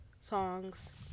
songs